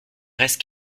reste